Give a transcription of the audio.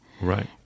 Right